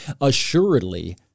assuredly